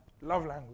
language